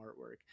artwork